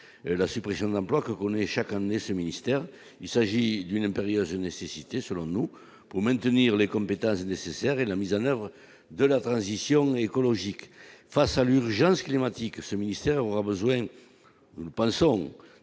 la suppression d'emplois que connaît chaque année ce ministère. Il s'agit d'une impérieuse nécessité pour maintenir les compétences nécessaires à la mise en oeuvre de la transition écologique. Face à l'urgence climatique, ce ministère aura besoin de mobiliser